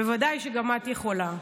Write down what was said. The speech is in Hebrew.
בוודאי שגם את יכולה.